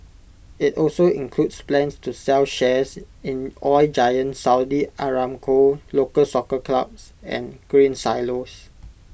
IT also includes plans to sell shares in oil giant Saudi Aramco local Soccer clubs and Grain Silos